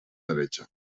derecha